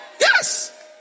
yes